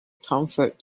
comfort